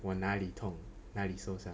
我哪里痛哪里受伤